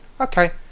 okay